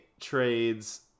trades